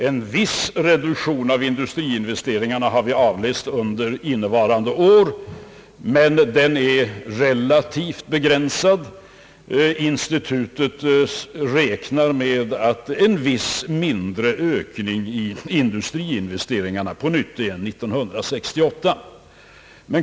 En viss reduktion av industriinvesteringarna kan avläsas innevarande år, men den är relativt begränsad, och institutet räknar med en mindre ökning i dessa investeringar på nytt under 1968.